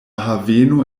haveno